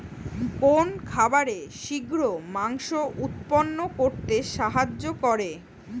কোন খাবারে শিঘ্র মাংস উৎপন্ন করতে সাহায্য করে?